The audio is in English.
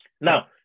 Now